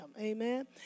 Amen